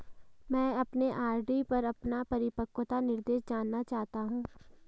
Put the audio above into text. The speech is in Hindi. मैं अपने आर.डी पर अपना परिपक्वता निर्देश जानना चाहता हूं